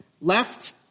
Left